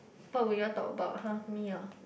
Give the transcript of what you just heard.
what will you all talk about !huh! me oh